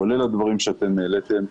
כולל הדברים שאתם העליתם.